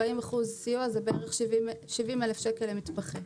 זה בערך 70,000 שקל למתמחה.